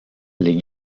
les